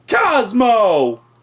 Cosmo